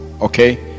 okay